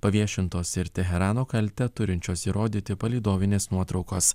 paviešintos ir teherano kaltę turinčios įrodyti palydovinės nuotraukos